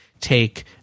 take